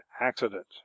accident